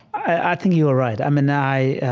i think you are right. i mean i